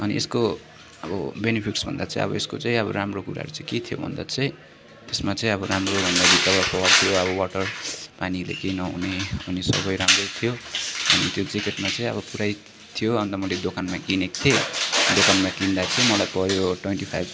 अनि यसको अब बेनिफिट्स भन्दा चाहिँ अब यसको चाहिँ अब राम्रो कुराहरू चाहिँ के थियो भन्दा चाहिँ त्यसमा चाहिँ अब राम्रो भन्दा तपाईँको त्यो अब वाटार पानीले केही नहुने अनि सबै राम्रै थियो अनि त्यो ज्याकेटमा चाहिँ अब पुरै थियो अन्त मैले दोकानमा किनेको थिएँ अन्त दोकानमा किन्दा चाहिँ मलाई पर्यो ट्वेन्टी फाइभ